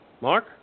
Mark